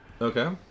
Okay